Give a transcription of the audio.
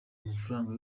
amafaranga